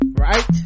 Right